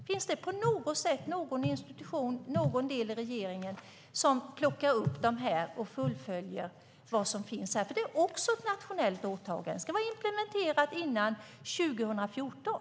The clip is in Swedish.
Finns det någon institution eller någon del av regeringen som plockar upp och fullföljer vad som finns i den? Det är också ett nationellt åtagande. Det ska vara implementerat före 2014.